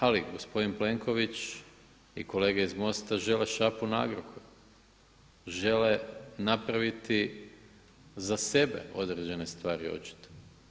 Ali gospodin Plenković i kolege iz MOST-a žele šapu na Agrokor, žele napraviti za sebe određene stvari očito.